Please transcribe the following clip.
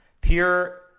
pure